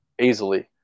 easily